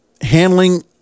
handling